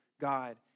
God